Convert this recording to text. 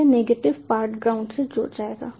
यह negative part ground से जुड़ जाएगा